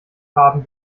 farben